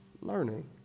learning